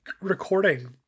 recording